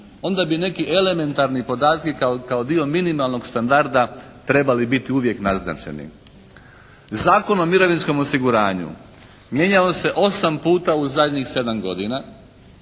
onda bi neki elementarni podatci kao dio minimalnog standarda trebali biti uvijek naznačeni. Zakon o mirovinskom osiguranju mijenjao se osam puta u zadnjih sedam godina.